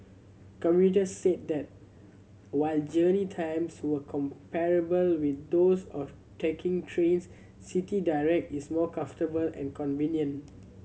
commuters said that while journey times were comparable with those of taking trains City Direct is more comfortable and convenient